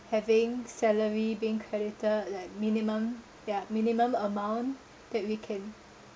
having salary being credited like minimum ya minimum amount that we can